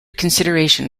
consideration